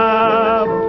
up